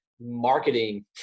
marketing